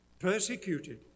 persecuted